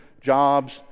jobs